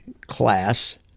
class